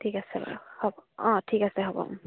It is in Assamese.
ঠিক আছে বাৰু হ'ব অঁ ঠিক আছে হ'ব